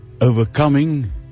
Overcoming